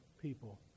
people